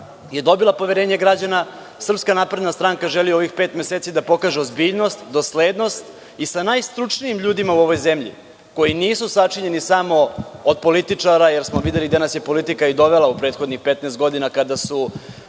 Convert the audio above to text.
je dobila poverenje građana. Srpska napredna stranka želi u ovih pet meseci da pokaže ozbiljnost, doslednost i sa najstručnijim ljudima u ovoj zemlji koji nisu sačinjeni samo od političar, jer smo videli da nas je politika dovela u prethodnih 15 godina